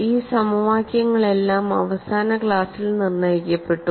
ഈ സമവാക്യങ്ങളെല്ലാം അവസാന ക്ലാസിൽ നിർണ്ണയിക്കപ്പെട്ടു